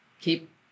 keep